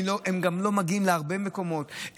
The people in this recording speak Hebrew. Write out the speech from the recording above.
הם גם לא מגיעים להרבה מקומות,